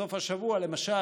בסוף השבוע למשל,